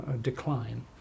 decline